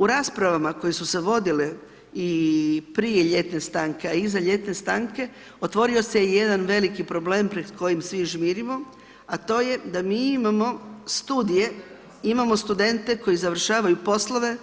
U raspravama koje su se vodile i prije ljetne stanke, a iza ljetne stanke otvorio se jedan veliki problem pred kojim svi žmirimo, a to je da mi imamo studije, imamo studente koji završavaju poslove